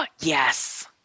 Yes